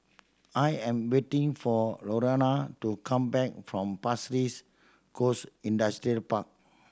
I am waiting for Lorena to come back from Pasir Ris Coast Industrial Park